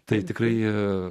tai tikrai ja